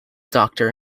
doctor